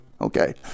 okay